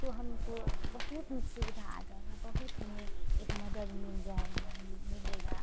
तो हमको बहुत ऊ सुविधा आ जाएगा बहुत हमें एक मदद मिल जाएगा मिलेगा